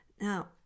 Now